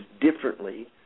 differently